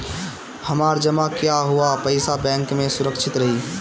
हमार जमा किया हुआ पईसा बैंक में सुरक्षित रहीं?